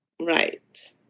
right